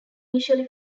initially